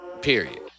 period